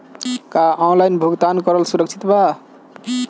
का ऑनलाइन भुगतान करल सुरक्षित बा?